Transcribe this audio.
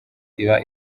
iba